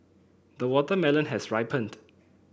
the watermelon has ripened